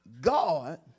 God